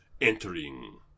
entering